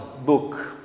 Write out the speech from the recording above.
book